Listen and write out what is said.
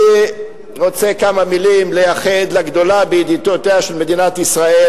אני רוצה לייחד כמה מלים לגדולה בידידותיה של מדינת ישראל,